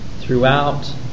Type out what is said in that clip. throughout